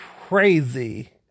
crazy